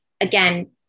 Again